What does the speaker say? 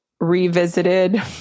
revisited